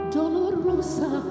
Dolorosa